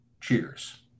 Cheers